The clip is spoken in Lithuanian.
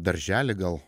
daržely gal